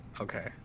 Okay